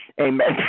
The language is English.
amen